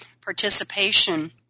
participation